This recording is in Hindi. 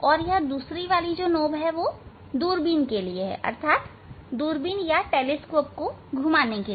और दूसरा वाला दूरबीन के लिए अर्थात दूरबीन को घुमाने के लिए